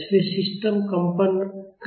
इसलिए सिस्टम कंपन करेगा